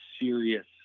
serious